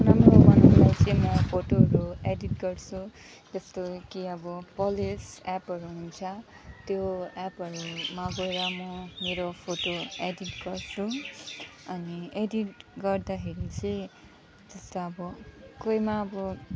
राम्रो बनाउनलाई चाहिँ फोटोहरू एडिट गर्छु जस्तो कि अब पलेस एपहरू हुन्छ त्यो एपहरूमा गएर म मेरो फोटो एडिट गर्छु अनि एडिट गर्दाखेरि चाहिँ जस्तो अब कोहीमा अब